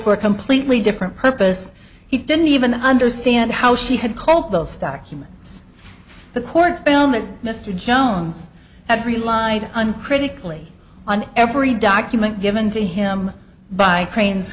for a completely different purpose he didn't even understand how she had called those documents the court found that mr jones had relied uncritically on every document given to him by cra